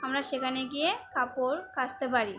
আমরা সেখানে গিয়ে কাপড় কাচতে পারি